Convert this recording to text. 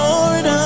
Lord